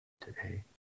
today